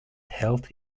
held